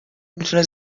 میتونه